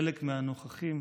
חלק מהנוכחים